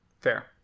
Fair